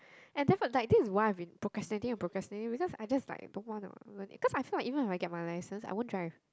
and definitely this is why I been procrastinating procrastinating because I just like I don't want learn it because I feel like even I get my license I won't drive